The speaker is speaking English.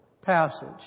passage